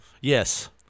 Yes